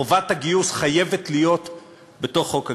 חובת הגיוס חייבת להיות בתוך חוק הגיוס.